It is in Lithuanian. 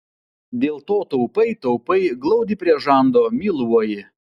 dėl to taupai taupai glaudi prie žando myluoji